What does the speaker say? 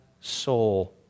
soul